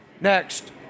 Next